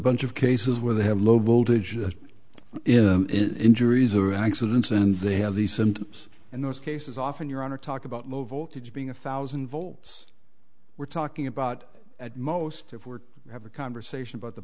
bunch of cases where they have low voltage the injuries are accidents and they have these symptoms and those cases often you're on or talk about low voltage being a thousand volts we're talking about at most if we're have a conversation about the